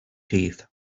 teeth